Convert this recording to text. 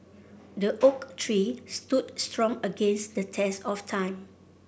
the oak tree stood strong against the test of time